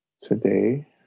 today